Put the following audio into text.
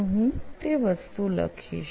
તો હું તે વસ્તુ લખીશ